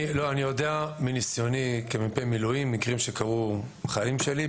אני יודע מניסיוני כמ"פ מילואים על מקרים שקרו עם חיילים שלי.